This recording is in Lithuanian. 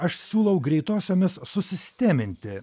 aš siūlau greitosiomis susisteminti